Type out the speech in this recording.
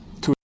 two